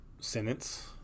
sentence